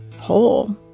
whole